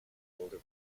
older